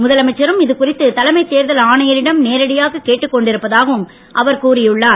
முதலமைச்சரும் இது குறித்து தலைமைத் தேர்தல் ஆணையரிடம் நேரடியாக கேட்டுக் கொண்டிருப்பதாகவும் அவர் கூறியுள்ளார்